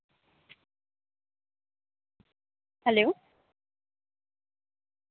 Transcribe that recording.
hello